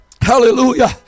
Hallelujah